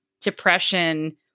depression